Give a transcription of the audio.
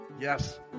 Yes